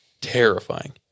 Terrifying